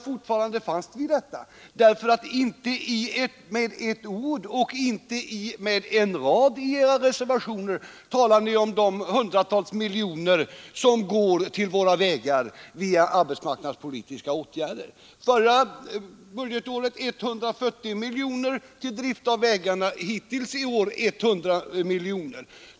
Inte med ett ord och inte med en rad i era reservationer nämner ni de hundratals miljoner som går till våra vägar på grund av arbetsmarknadspolitiska åtgärder: förra budgetåret gällde det 140 miljoner, till drift av vägarna hittills i år 100 miljoner.